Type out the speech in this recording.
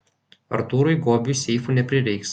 artūrui gobiui seifų neprireiks